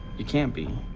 you can't be.